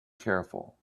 careful